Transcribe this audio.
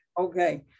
Okay